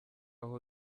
aho